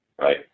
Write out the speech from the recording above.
right